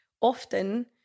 often